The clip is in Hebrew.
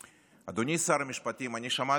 אדוני שר המשפטים, אני שמעתי היום,